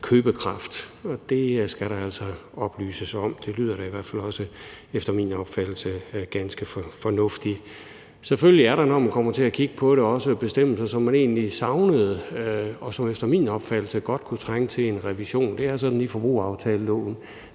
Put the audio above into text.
købekraft. Det skal der altså oplyses om. Det lyder da i hvert fald også efter min opfattelse som ganske fornuftigt. Selvfølgelig er der, når man kommer til at kigge på det, også bestemmelser, som man egentlig savnede, og som efter min opfattelse godt kunne trænge til en revision. Det er sådan i forbrugeraftaleloven,